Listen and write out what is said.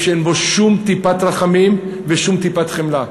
שאין בו שום טיפת רחמים ושום טיפת חמלה.